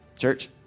Church